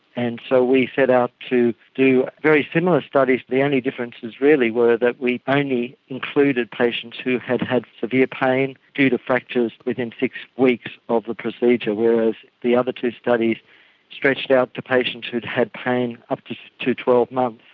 and so we set out to do a very similar study, the only differences really were that we only included patients who had had severe pain due to fractures within six weeks of the procedure, whereas the other two studies stretched out to patients who had had pain up to to twelve months.